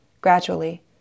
Gradually